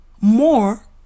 more